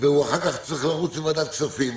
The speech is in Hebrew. ואחר כך הוא צריך לרוץ לוועדת הכספים.